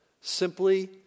simply